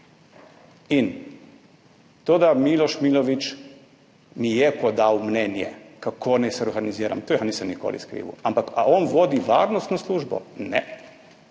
In to, da mi je Miloš Milović podal mnenje, kako naj se organiziram, tega nisem nikoli skrival. Ampak, a on vodi varnostno službo? Ne.